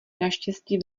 naštěstí